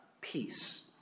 Peace